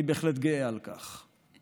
אני בהחלט גאה על כך.